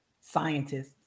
scientists